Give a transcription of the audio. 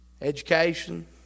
Education